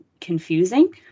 confusing